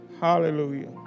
Hallelujah